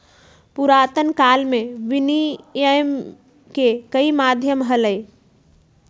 पुरातन काल में विनियम के कई माध्यम हलय